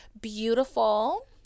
beautiful